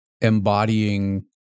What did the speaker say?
embodying